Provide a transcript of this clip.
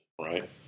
right